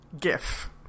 GIF